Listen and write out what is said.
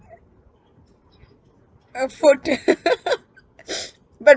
a fo~ but